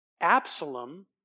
Absalom